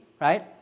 right